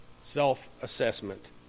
self-assessment